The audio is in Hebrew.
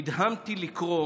נדהמתי לקרוא